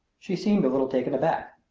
she seemed a little taken aback.